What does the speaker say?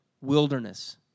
wilderness